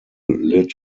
lid